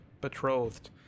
betrothed